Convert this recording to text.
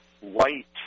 white